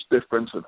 difference